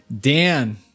Dan